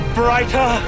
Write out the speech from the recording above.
brighter